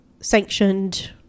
sanctioned